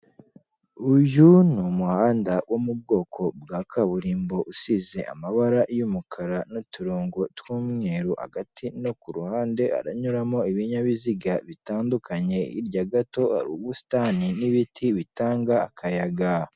Uyu ni umuhanda wo mu bwoko bwa kaburimbo usize amabara y'umukara n'uturongo tw'umweru, hagati no ku ruhande haranyuramo ibinyabiziga bitandukanye hirya gato hari ubusitani n'ibiti bitanga akayaga.